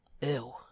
ew